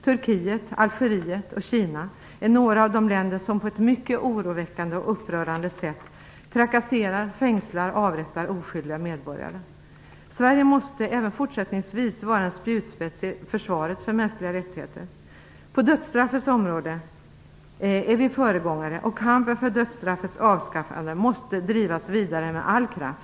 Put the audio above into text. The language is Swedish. Turkiet, Algeriet och Kina är några av de länder som på ett mycket oroväckande och upprörande sätt trakasserar, fängslar och avrättar oskyldiga medborgare. Sverige måste även fortsättningsvis vara en spjutspets i försvaret för mänskliga rättigheter. På dödsstraffets område är vi föregångare, och kampen för dödsstraffets avskaffande måste drivas vidare med all kraft.